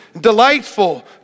delightful